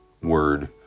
word